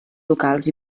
locals